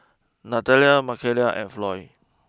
Natalia Makaila and Floy